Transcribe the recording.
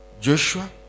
Joshua